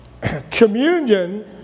Communion